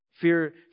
Fear